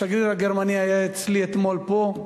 השגריר הגרמני היה אצלי אתמול פה,